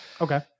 Okay